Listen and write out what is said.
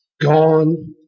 gone